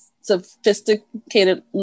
sophisticated